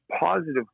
positive